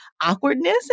awkwardness